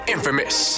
Infamous